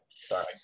Sorry